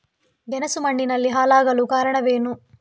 ಗೆಣಸು ಮಣ್ಣಿನಲ್ಲಿ ಹಾಳಾಗಲು ಕಾರಣವೇನು?